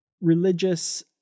religious